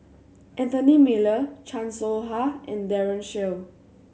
Anthony Miller Chan Soh Ha and Daren Shiau